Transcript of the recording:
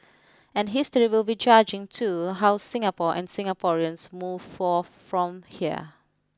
and history will be judging too how Singapore and Singaporeans move forth from here